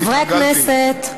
חברי הכנסת,